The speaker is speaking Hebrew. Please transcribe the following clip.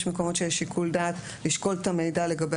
יש מקומות שיש בהם שיקול דעת לשקול את המידע לגבי